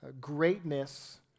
greatness